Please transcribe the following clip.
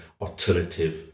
alternative